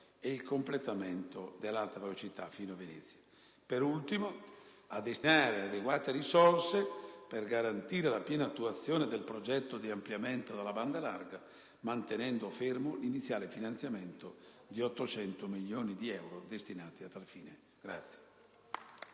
ed il completamento dell'Alta velocità fino a Venezia. Per ultimo, si chiede al Governo di destinare adeguate risorse per garantire la piena attuazione del progetto di ampliamento della banda larga, mantenendo fermo l'iniziale finanziamento di 800 milioni di euro destinati a tal fine.